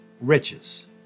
riches